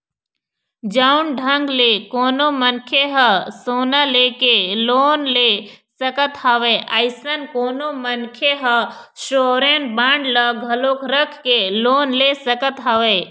जउन ढंग ले कोनो मनखे ह सोना लेके लोन ले सकत हवय अइसन कोनो मनखे ह सॉवरेन बांड ल घलोक रख के लोन ले सकत हवय